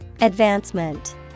Advancement